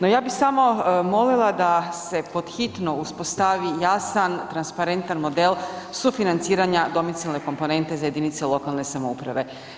No ja bih samo molila da se pod hitno uspostavi jasan, transparentan model sufinanciranja domicilne komponente za jedinice lokalne samouprave.